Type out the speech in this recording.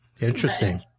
interesting